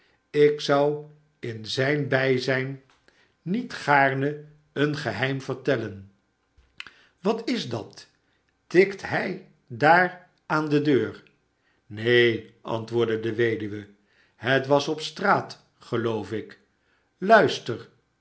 ik zou in zijn bijzijn niet gaarne een geheim vertellen wat is dat tikt hij daar aan de deur neen antwoordde de weduwe het was op straat geloof ik luister